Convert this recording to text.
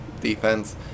defense